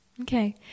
okay